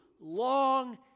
long